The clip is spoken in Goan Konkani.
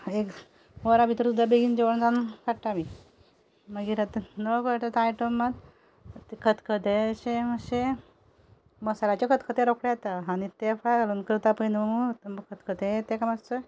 एक वरा भितर सुद्दां बेगीन जेवण जावन काडटा आमी मागीर आतां नकळटा तो आयटम मात खतखतें अशें मातशें मसाल्याचें खतखतें रोखडेंच जाता आनी तेफळां घालून करता पय न्हू खतखतें तेका मातसो